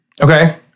okay